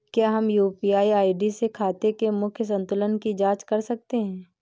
क्या हम UPI ID से खाते के मूख्य संतुलन की जाँच कर सकते हैं?